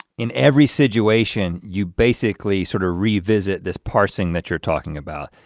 in every situation, you basically sort of revisit this parsing that you're talking about.